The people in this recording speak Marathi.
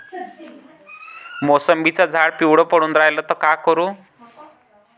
मोसंबीचं झाड पिवळं पडून रायलं त का करू?